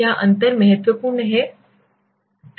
क्या अंतर महत्वपूर्ण है